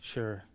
Sure